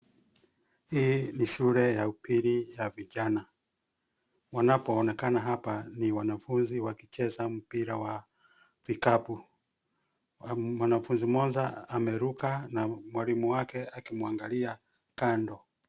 Hii ni shule ya upili ya vijana. Wanapoonekana hapa ni wanafunzi wakicheza mpira wa vikapu na mwanafunzi mmoja ameruka na mwalimu wake akimwangalia kando.